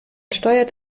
steuert